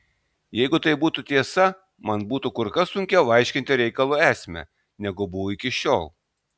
jeigu tai būtų tiesa man būtų kur kas sunkiau aiškinti reikalo esmę negu buvo iki šiol